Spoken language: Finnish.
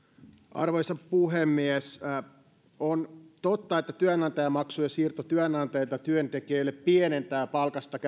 arvoisa puhemies on totta että työnantajamaksujen siirto työnantajilta työntekijöille pienentää palkasta